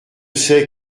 c’est